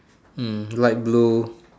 hmm light blue